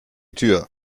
tür